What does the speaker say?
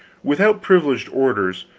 without privileged orders,